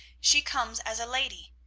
she comes as a lady.